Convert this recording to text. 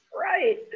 Right